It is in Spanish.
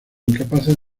incapaces